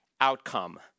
outcome